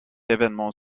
événement